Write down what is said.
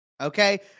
okay